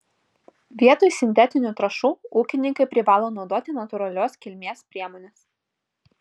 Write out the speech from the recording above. vietoj sintetinių trąšų ūkininkai privalo naudoti natūralios kilmės priemones